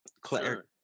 Claire